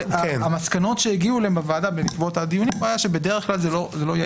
המסקנות שהגיעו אליהם בוועדה בעקבות הדיונים היו שבדרך כלל זה לא יעיל.